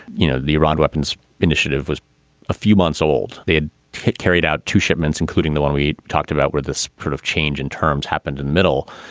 you know, the iran weapons initiative was a few months old. they had carried out two shipments, including the one we talked about, where this sort of change in terms happened in middle.